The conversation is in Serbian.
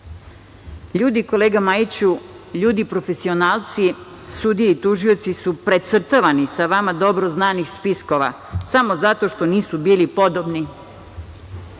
moć? Kolega Majiću, ljudi profesionalci, sudije i tužioci su precrtavani sa vama dobro znanih spiskova samo zato što nisu bili podobni. Sve